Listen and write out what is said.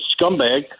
scumbag